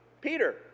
Peter